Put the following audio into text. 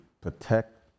protect